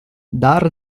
dar